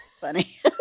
funny